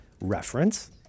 reference